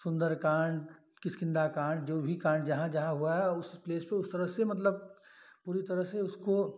सुंदरकांड किष्कंधा जो भी कांड जहाँ जहाँ हुआ है उस प्लेस पे उस तरह से मतलब पूरी तरह से उसको